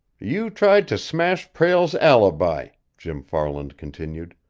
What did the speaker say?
you tried to smash prale's alibi, jim farland continued.